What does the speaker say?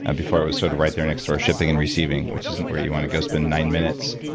and before it was sort of right there next door shipping and receiving which isn't where you want to go spend nine minutes,